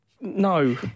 No